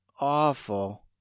Awful